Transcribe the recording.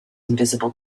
invisible